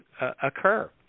occur